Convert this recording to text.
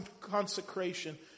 consecration